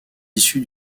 issue